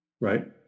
Right